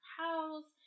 house